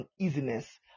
uneasiness